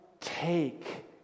take